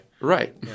Right